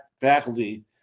faculty